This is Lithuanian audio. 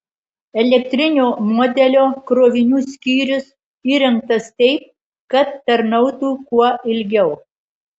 elektrinio modelio krovinių skyrius įrengtas taip kad tarnautų kuo ilgiau